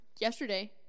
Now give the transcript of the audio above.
yesterday